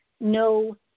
no